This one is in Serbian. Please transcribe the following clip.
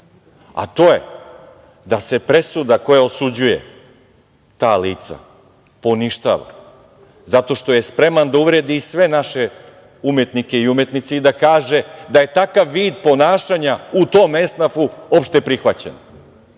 To je da se presuda koja osuđuje ta lica poništava, zato što je spreman da uvredi sve naše umetnike i umetnice i da kaže da je takav vid ponašanja u tom esnafu opšteprihvaćen.